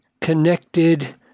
connected